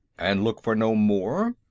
and look for no more?